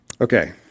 Okay